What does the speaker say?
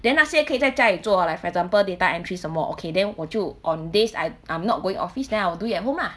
then 那些可以在家里做 like for example data entries 什么 okay then 我就 on days I'm I'm not going office then I'll do it at home lah